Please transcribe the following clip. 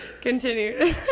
continue